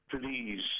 Please